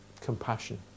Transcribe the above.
compassion